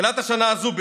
בתחילת השנה הזו,